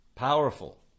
Powerful